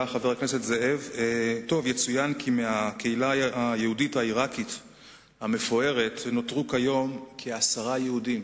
אני מסתובב הרבה בעולם היהודי ומופיע בפני קהלים רבים.